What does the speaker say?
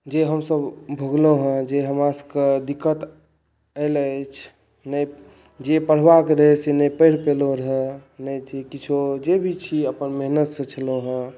जे हम सभ भोगलहुँ हँ जे हमरा सभके दिक्कत आयल अछि जे पढ़बाके रहै से नहि पढ़ि पयलहुँ नहि छी किछो जे भी छी अपन मेहनत से छलहुँ हँ